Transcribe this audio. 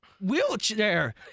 wheelchair